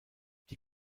die